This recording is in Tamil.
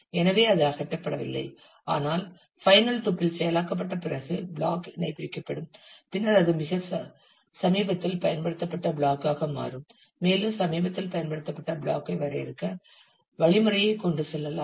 எனவே அது அகற்றப்படவில்லை ஆனால் ஃபைனல் டூப்பிள் செயலாக்கப்பட்ட பிறகு பிளாக் இணைபிரிக்கப்படும் பின்னர் அது மிக சமீபத்தில் பயன்படுத்தப்பட்ட பிளாக் ஆக மாறும் மேலும் சமீபத்தில் பயன்படுத்தப்பட்ட பிளாக் ஐ வரையறுக்க வழிமுறையை கொண்டு செல்லலாம்